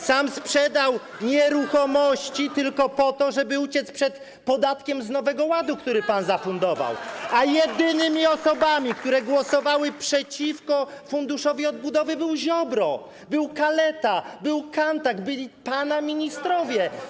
Sam sprzedał nieruchomości tylko po to, żeby uciec przed podatkiem z Nowego Ładu, który pan zafundował, a jedynymi osobami, które głosowały przeciwko Funduszowi Odbudowy, byli Ziobro, Kaleta, Kanthak, byli pana ministrowie.